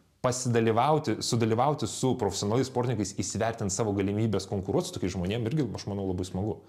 pasidalyvauti sudalyvauti su profesionaliais sportininkais įsivertint savo galimybes konkuruot su tokiais žmonėm irgi aš manau labai smagu